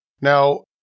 now